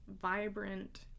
vibrant